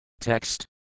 Text